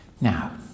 Now